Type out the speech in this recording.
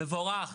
מבורך,